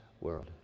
world